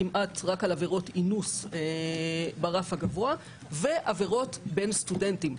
כמעט רק על עברות אינוס ברף הגבוה ועברות בין סטודנטים,